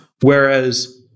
Whereas